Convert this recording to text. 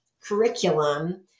curriculum